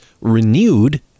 renewed